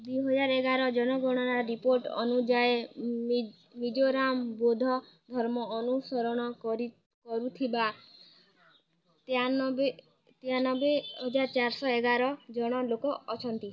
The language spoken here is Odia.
ଦୁଇ ହଜାର ଏଗାର ଜନଗଣନା ରିପୋର୍ଟ ଅନୁଯାୟୀ ମିଜୋରାମରେ ବୌଦ୍ଧ ଧର୍ମକୁ ଅନୁସରଣ କରି କରୁଥିବା ତେୟାନବେ ତେୟାନବେ ହଜାର ଚାରିଶହ ଏଗାର ଜଣ ଲୋକ ଅଛନ୍ତି